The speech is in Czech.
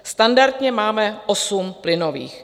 Standardně máme osm plynových.